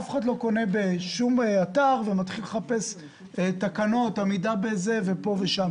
אף אחד לא קונה בשום אתר ומתחיל לחפש עמידה בתקנות איטלקיות ופה ושם,